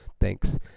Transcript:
thanks